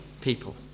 people